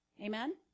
Amen